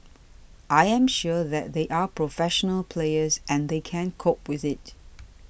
I am sure that they are professional players and they can cope with it